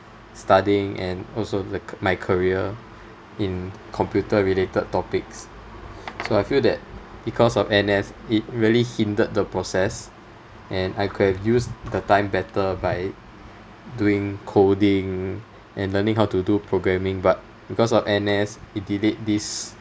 studying and also the c~ my career in computer related topics so I feel that because of N_S it really hindered the process and I could've used the time better by doing coding and learning how to do programming but because of N_S it delayed this